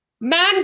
Man